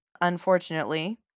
Unfortunately